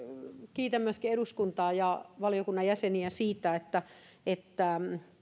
kiitän myöskin eduskuntaa ja valiokunnan jäseniä siitä että että